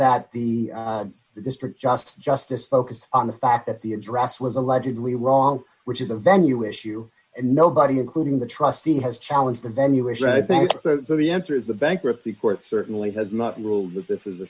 that the district just just just focused on the fact that the address was allegedly wrong which is a venue issue and nobody including the trustee has challenge the venue is right i think so the answer is the bankruptcy court certainly has not ruled that this is